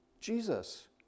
Jesus